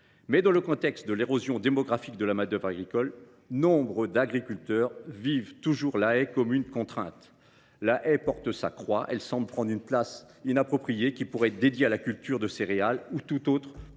Mais, dans le contexte actuel d’érosion démographique de la main d’œuvre agricole, nombre d’agriculteurs vivent toujours la haie comme une contrainte. La haie porte sa croix, elle semble prendre une place inappropriée, qui pourrait être dédiée à la culture de céréales ou à une autre